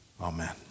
Amen